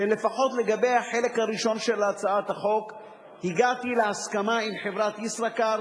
שלפחות לגבי החלק הראשון של הצעת החוק הגעתי להסכמה עם חברת "ישראכרט",